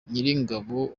nyiringabo